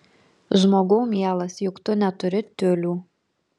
žmogau mielas juk tu neturi tiulių